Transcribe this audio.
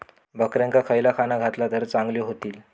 बकऱ्यांका खयला खाणा घातला तर चांगल्यो व्हतील?